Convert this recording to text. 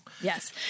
yes